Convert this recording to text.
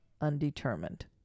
undetermined